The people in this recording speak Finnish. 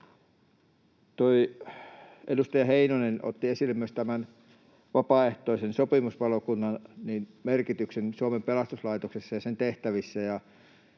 Edustaja Heinonen otti esille myös vapaaehtoisen sopimuspalokunnan merkityksen Suomen pelastuslaitoksessa ja sen tehtävissä.